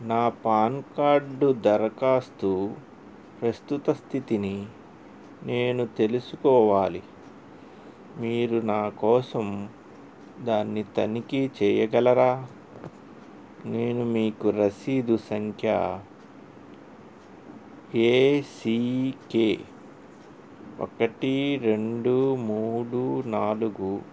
నా పాన్కార్డు దరఖాస్తు ప్రస్తుత స్థితిని నేను తెలుసుకోవాలి మీరు నా కోసం దాన్ని తనిఖీ చేయగలరా నేను మీకు రసీదు సంఖ్య ఏసీకే ఒకటి రెండు మూడు నాలుగు